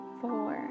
four